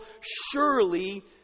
surely